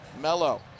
Mello